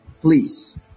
Please